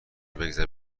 بگذره